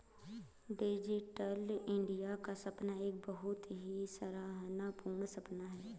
digital India का सपना एक बहुत ही सराहना पूर्ण सपना है